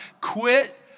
Quit